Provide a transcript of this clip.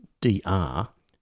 DR